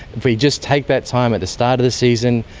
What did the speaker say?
if we just take that time at the start of the season,